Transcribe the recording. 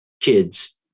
kids